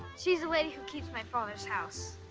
she's the lady who keeps my father's house.